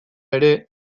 ere